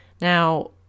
Now